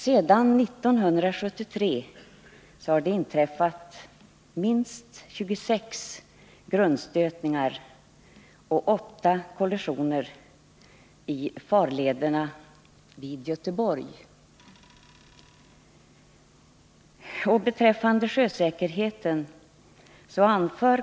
Sedan 1973 har det inträffat minst 26 grundstötningar och 8 kollisioner i farlederna utanför Göteborg.